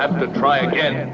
have to try again